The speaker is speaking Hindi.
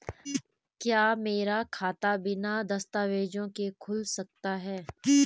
क्या मेरा खाता बिना दस्तावेज़ों के खुल सकता है?